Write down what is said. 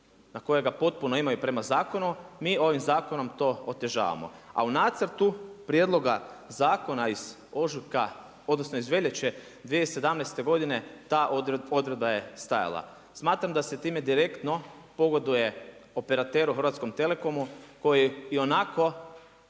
na koje ga potpuno imaju prema zakonu, mi ovim zakonom to otežavamo. A u Nacrtu prijedloga zakona iz ožujka, odnosno iz veljače 2017. godine ta odredba je stajala. Smatram da se time direktno pogoduje operateru Hrvatskom telekomu koji ionako